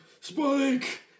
spike